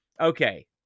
Okay